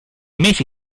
mesi